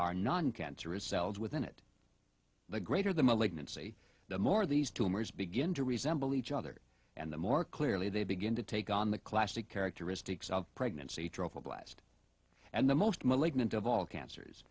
cells within it the greater the malignancy the more these tumors begin to resemble each other and the more clearly they begin to take on the classic characteristics of pregnancy blast and the most malignant of all cancers